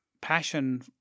passion